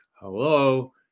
Hello